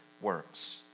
works